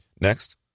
Next